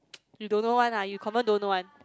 you don't know [one] lah you confirm don't know [one]